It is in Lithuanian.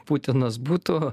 putinas būtų